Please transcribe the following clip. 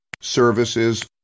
services